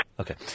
okay